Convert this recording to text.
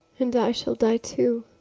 and i shall die too,